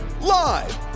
Live